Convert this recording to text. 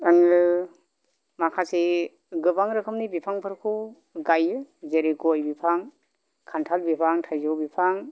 आङो माखासे गोबां रोखोमनि बिफांफोरखौ गायो जेरै गय बिफां खान्थाल बिफां थाइजौ बिफां